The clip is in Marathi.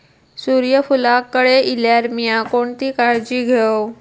सूर्यफूलाक कळे इल्यार मीया कोणती काळजी घेव?